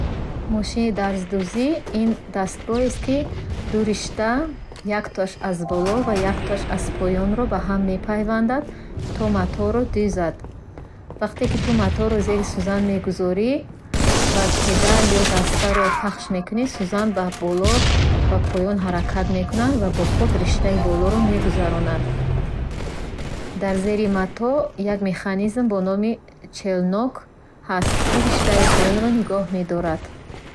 Мошини дарздӯзӣ, ин дастгоҳест, ки ду ришта, яктоаш аз боло ва яктоаш аз поёнро бо ҳам мепайвандад, то матоъро дӯзад. Вақте ки ту матоъро зери сӯзан мегузорӣ ва педал ё дастаро пахш мекунӣ, сӯзан ба боло ва поён ҳаракат мекунад, ва бо худ риштаи болоро мегузаронад. Дар зери матоъ як механизм бо номи челнок ҳаст, ки риштаи поёнро нигоҳ медорад.